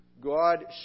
God